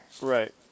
right